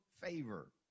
favor